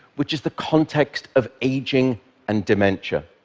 which is the context of aging and dementia.